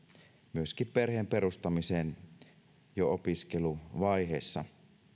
myöskin perheen perustamiseen jo opiskeluvaiheessa